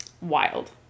Wild